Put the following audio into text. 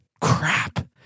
crap